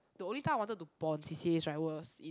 the only time I wanted to pon c_c_as right was in